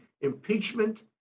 impeachment